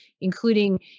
including